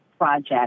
project